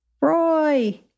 Roy